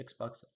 Xbox